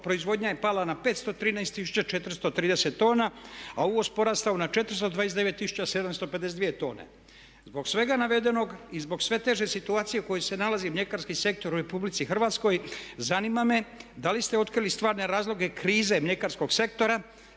proizvodnja je pala na 513 430 tona a uvoz porastao na 429 752 tone. Zbog svega navedenog i zbog sve teže situacije u kojoj se nalazi mljekarski sektor u Republici Hrvatskoj zanima me da li ste otkrili stvarne razloge krize mljekarskog sektora